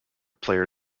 player